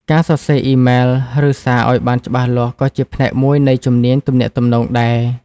ការសរសេរអ៊ីមែល ឬសារឲ្យច្បាស់លាស់ក៏ជាផ្នែកមួយនៃជំនាញទំនាក់ទំនងដែរ។